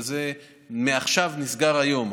וזה מעכשיו ונסגר היום.